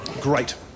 Great